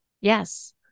Yes